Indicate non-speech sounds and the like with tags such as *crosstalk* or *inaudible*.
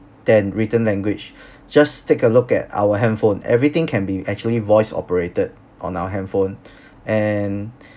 than written language *breath* just take a look at our handphone everything can be actually voice operated on our handphone *breath* and